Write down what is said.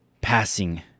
passing